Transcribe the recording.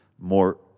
more